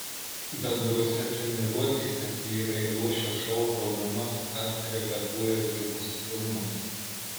bendrose treniruotėse vyrai ruošia šou programas ar repetuoja triukus filmams